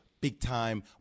big-time